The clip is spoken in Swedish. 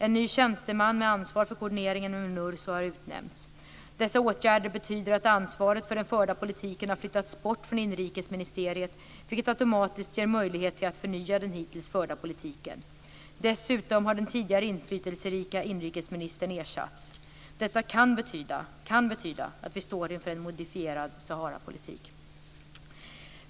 En ny tjänsteman med ansvar för koordineringen med Minurso har utnämnts. Dessa åtgärder betyder att ansvaret för den förda politiken har flyttats bort från inrikesministeriet, vilket automatiskt ger möjlighet till att förnya den hittills förda politiken. Dessutom har den tidigare inflytelserike inrikesministern ersatts. Detta kan betyda att vi står inför en modifierad Saharapolitik.